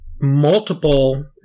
multiple